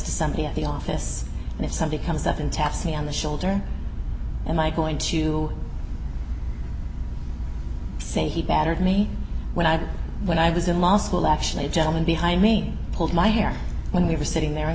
to somebody at the office and if something comes up and test me on the shoulder and i going to say he battered me when i when i was in law school actually a gentleman behind me pulled my hair when we were sitting there